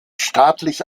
staatlich